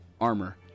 armor